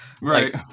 right